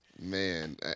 man